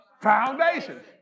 foundation